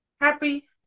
Happy